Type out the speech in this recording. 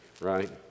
right